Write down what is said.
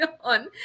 on